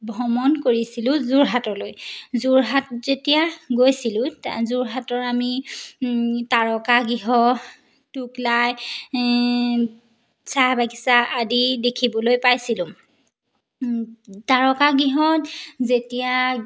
ভ্ৰমণ কৰিছিলোঁ যোৰহাটলৈ যোৰহাট যেতিয়া গৈছিলোঁ যোৰহাটৰ আমি তাৰকা গৃহ টোকলাই চাহ বাগিচা আদি দেখিবলৈ পাইছিলোঁ তাৰকা গৃহত যেতিয়া